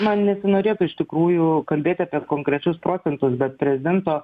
man nesinorėtų iš tikrųjų kalbėti apie konkrečius procentus bet prezidento